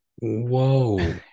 Whoa